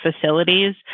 facilities